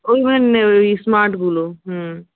ও মানে ঐ স্মার্টগুলো হ্যাঁ